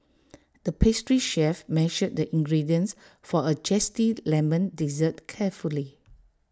the pastry chef measured the ingredients for A Zesty Lemon Dessert carefully